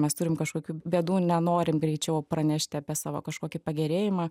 mes turim kažkokių bėdų nenorim greičiau pranešti apie savo kažkokį pagerėjimą